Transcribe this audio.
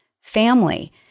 family